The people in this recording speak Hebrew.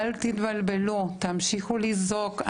אל תתבלבלו, תמשיכו לזעוק.